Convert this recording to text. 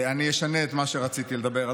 אני אשנה את מה שרציתי לדבר.